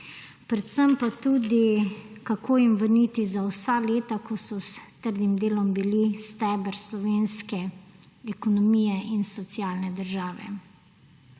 Predvsem pa tudi, kako jim vrniti za vsa leta, ko so s trdim delom bili steber slovenske ekonomije in socialne države?